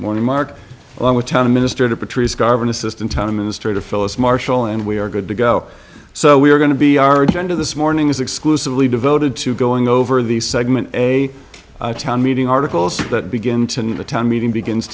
morning mark along with tom minister patrice garvin assistant time minister phyllis marshall and we are good to go so we are going to be our agenda this morning is exclusively devoted to going over the segment a town meeting articles that begin tonight the town meeting begins